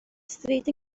stryd